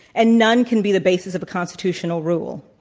and none can be the basis of a constitutional rule.